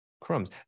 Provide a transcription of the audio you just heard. crumbs